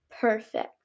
perfect